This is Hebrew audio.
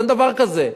אין דבר כזה.